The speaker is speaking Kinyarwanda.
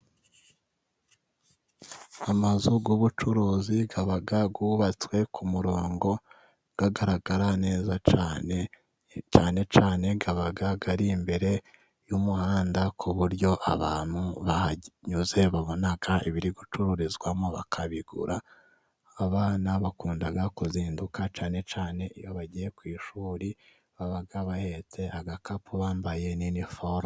mazu y'ubucuruzi aba yubatswe ku murongo akagaragara neza cyane, cyane cyane aba ari imbere y'umuhanda ku buryo abantu bahanyuze babona ibiri gucururizwamo bakabigura, abana bakunda kuzinduka cyane cyane iyo bagiye ku ishuri babaga bahetse agakapu bambaye n'iniforume.